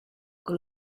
con